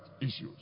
issues